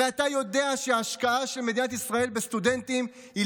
הרי אתה יודע שההשקעה של מדינת ישראל בסטודנטים היא